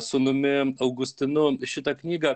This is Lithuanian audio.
sūnumi augustinu šitą knygą